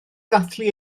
ddathlu